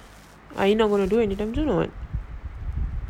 are you not gonna do any time soon or what